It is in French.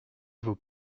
vos